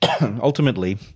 ultimately